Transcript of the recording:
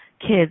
kids